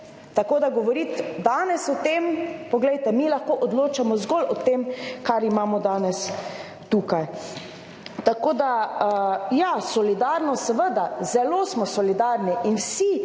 tako da govoriti danes o tem, poglejte, mi lahko odločamo zgolj o tem, kar imamo danes tukaj. Tako da ja, solidarnost, seveda, zelo smo solidarni in vsi